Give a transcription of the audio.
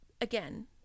again